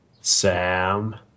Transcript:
sam